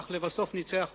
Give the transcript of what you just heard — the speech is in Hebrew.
אך לבסוף ניצח אותו.